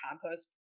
compost